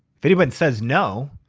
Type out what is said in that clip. if anybody says no,